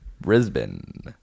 Brisbane